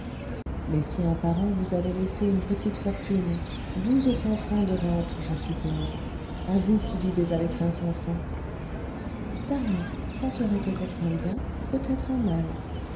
mais si un parent vous avait laissé une petite fortune douze cents francs de rentes je suppose à vous qui vivez avec cinq cents francs dame ça serait peut-être un bien peut-être un mal